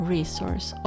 Resource